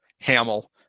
Hamill